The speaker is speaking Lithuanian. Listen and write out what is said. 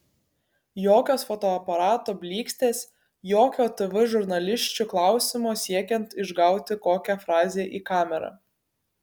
jokios fotoaparato blykstės jokio tv žurnalisčių klausimo siekiant išgauti kokią frazę į kamerą